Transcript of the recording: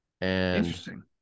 Interesting